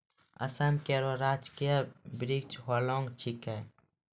असम केरो राजकीय वृक्ष होलांग छिकै